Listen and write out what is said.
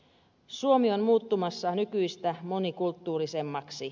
suomi on muuttumassa nykyistä monikulttuurisemmaksi